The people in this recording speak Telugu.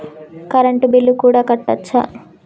కరెంటు బిల్లు కూడా కట్టొచ్చా?